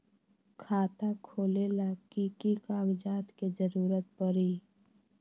खाता खोले ला कि कि कागजात के जरूरत परी?